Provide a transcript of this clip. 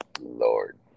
Lord